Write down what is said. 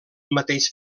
mateix